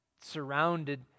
surrounded